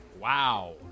Wow